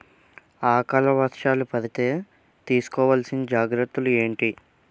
ఆకలి వర్షాలు పడితే తీస్కో వలసిన జాగ్రత్తలు ఏంటి?